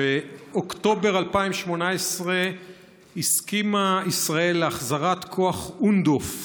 באוקטובר 2018 הסכימה ישראל להחזרת כוח אונדו"ף